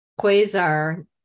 Quasar